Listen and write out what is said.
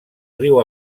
riu